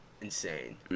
insane